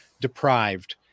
deprived